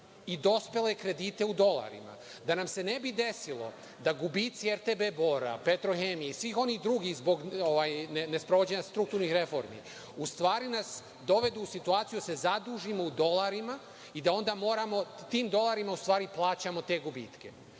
i dospele kredite u dolarima, da nam se ne bi desilo da gubici „RTB Bora“, „Petrohemije“ i svih onih drugih zbog nesprovođenja strukturnih reformi u stvari nas dovedu u situaciju da se zadužimo u dolarima i da onda moramo da tim dolarima u stvari plaćamo te gubitke. Mi